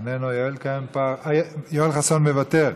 מוותר,